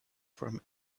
from